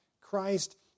Christ